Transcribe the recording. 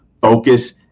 focus